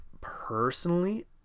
personally